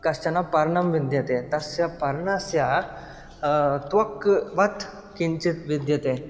कश्चन पर्नं विद्यते तस्य पर्णस्य त्वक्वत् किञ्चित् विद्यते